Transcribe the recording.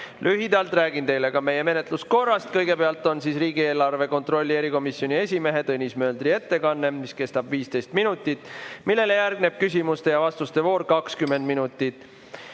Lühidalt räägin teile ka meie menetluskorrast. Kõigepealt on riigieelarve kontrolli erikomisjoni esimehe Tõnis Möldri ettekanne, mis kestab 15 minutit, millele järgneb küsimuste ja vastuste voor 20 minutit.